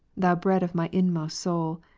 thou bread of my inmost soul.